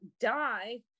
die